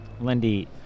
Lindy